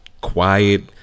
quiet